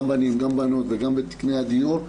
גם בנים וגם בנים וקנה הדיור,